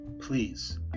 please